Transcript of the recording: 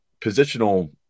positional